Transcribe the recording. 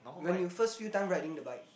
when you first few time riding the bike